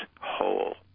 whole